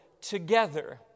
together